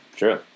true